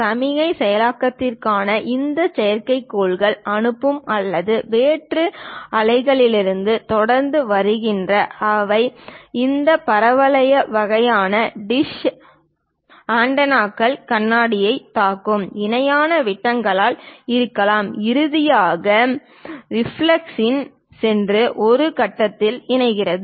சமிக்ஞை செயலாக்கத்திற்காக இந்த செயற்கைக்கோள்கள் அனுப்பும் அல்லது வேற்று கிரக அலைகளிலிருந்து தொடர்ந்து வருகின்றன அவை இந்த பரவளைய வகையான டிஷ் ஆண்டெனாக்கள் கண்ணாடியைத் தாக்கும் இணையான விட்டங்களாக இருக்கலாம் இறுதியாக ரிஃப்ளக்ஸில் சென்று ஒரு கட்டத்திற்கு இணைகின்றன